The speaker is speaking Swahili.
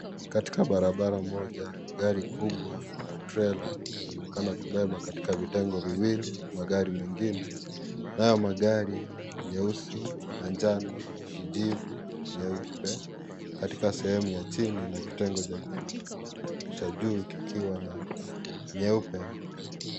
Katika barabara moja ,gari kubwa la trela inaonekana kutengwa katika vitengo viwili na magari mengine. Nayo magari nyeusi, manjano, kijivu, nyeupe iko katika sehemu ya chini na kitengo cha juu kikiwa na nyeupe.